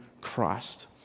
Christ